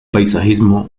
paisajismo